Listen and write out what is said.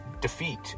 defeat